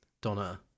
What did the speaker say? Donna